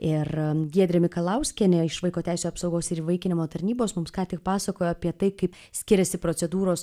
ir giedrė mikalauskienė iš vaiko teisių apsaugos ir įvaikinimo tarnybos mums ką tik pasakojo apie tai kaip skiriasi procedūros